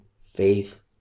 faith